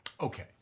Okay